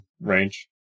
range